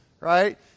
right